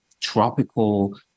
tropical